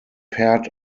paired